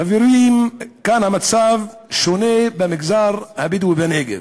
חברים, כאן המצב שונה במגזר הבדואי בנגב.